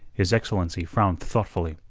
his excellency frowned thoughtfully.